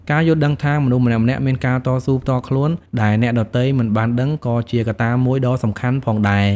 ការយល់ដឹងថា មនុស្សម្នាក់ៗមានការតស៊ូផ្ទាល់ខ្លួនដែលអ្នកដទៃមិនបានដឹងក៏ជាកត្តាមួយដ៏សំខាន់ផងដែរ។